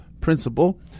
principle